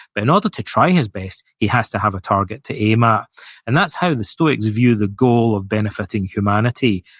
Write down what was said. but in order to try his best, he has to have a target to aim at ah and that's how the stoics view the goal of benefiting humanity.